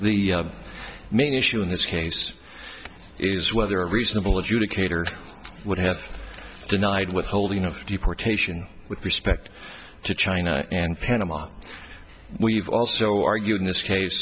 the main issue in this case is whether a reasonable adjudicator would have denied withholding of deportation with respect to china and panama we've also argued in this case